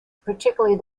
particularly